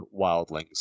wildlings